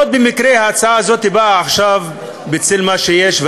יכול להיות שבמקרה ההצעה הזאת באה עכשיו בצל מה שיש.